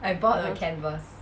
!huh!